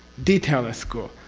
detailist school.